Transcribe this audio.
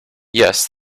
yes